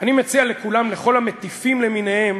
אני מציע לכולם, לכל המטיפים למיניהם,